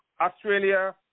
Australia